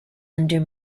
under